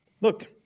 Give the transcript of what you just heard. look